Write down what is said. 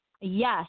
yes